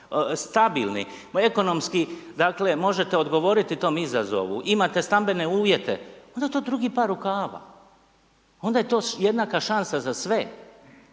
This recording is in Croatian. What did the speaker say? stabilni, ekonomski možete odgovoriti tom izazovu, imate stambene uvjete, onda je to drugi par rukava. Onda je to jednaka šansa za sve,